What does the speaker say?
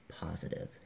positive